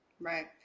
right